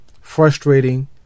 Frustrating